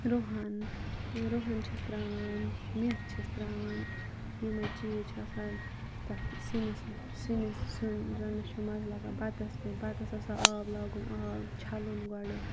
رُہَن رُہَن چھِس تراوان میٚتھ چھِس تراوان یِمے چیٖز چھِ آسان تَتھ سِنِس سِنِس سیُن رَننَس چھُ مَزٕ لَگان بَتَس تہِ بَتَس آسان آب لاگُن آب چھَلُن گۄڈٕ